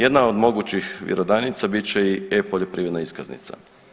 Jedna od mogućih vjerodajnica bit će i e-poljoprivredna iskaznica.